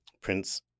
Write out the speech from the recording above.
Prince